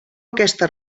aquesta